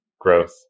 growth